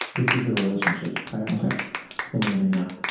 this was the relationship prior to the one i'm in now.